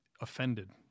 offended